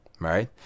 right